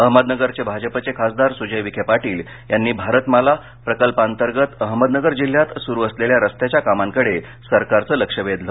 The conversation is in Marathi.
अहमदनगरचे भाजपचे खासदार सुजय विखे पाटील यांनी भारतमाला प्रकल्पांतर्गत अहमदनगर जिल्ह्यात सुरू असलेल्या रस्त्याच्या कामांकडे सरकारचं लक्ष वेधलं